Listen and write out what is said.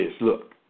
look